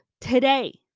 today